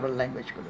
language